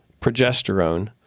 progesterone